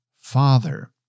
father